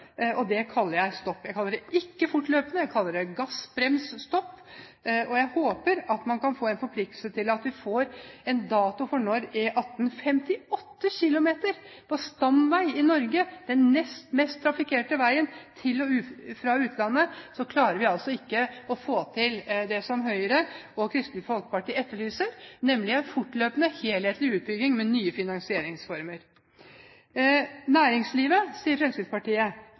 området. Det kaller jeg stopp. Jeg kaller det ikke fortløpende bygging, jeg kaller det gass/brems/stopp, og jeg håper at man kan få en forpliktelse til at vi får en dato for E18. På 58 km stamvei i Norge, den nest mest trafikkerte veien til og fra utlandet, klarer vi altså ikke å få til det som Høyre og Kristelig Folkeparti etterlyser, nemlig en fortløpende, helhetlig utbygging med nye finansieringsformer. Næringslivet, sier Fremskrittspartiet,